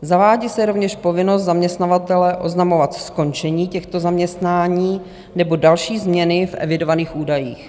Zavádí se rovněž povinnost zaměstnavatele oznamovat skončení těchto zaměstnání nebo další změny v evidovaných údajích.